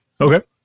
Okay